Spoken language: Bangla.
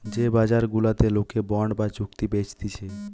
যে বাজার গুলাতে লোকে বন্ড বা চুক্তি বেচতিছে